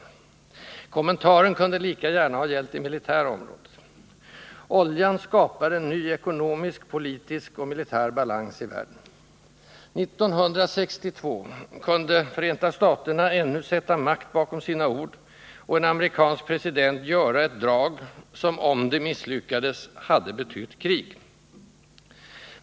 Kommentaren kunde lika gärna ha gällt det militära området. Oljan skapar en ny ekonomisk, politisk och militär balans i världen. 1962 kunde USA ännu sätta makt bakom sina ord och en amerikansk president göra ett drag som, om det misslyckades, hade betytt krig.